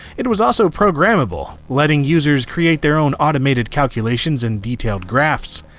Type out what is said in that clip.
it was also programmable, letting users create their own automated calculations and detailed graphs.